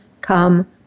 come